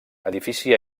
edifici